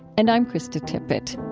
and i'm krista tippett